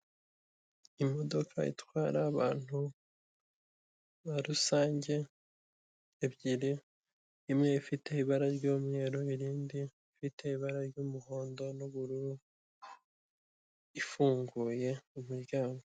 Imodoka itwara abantu ba rusange ebyiri, imwe ifite ibara ry'umweru, iyindi ifite ibara ry'umuhondo n'ubururu ifunguye umuryango.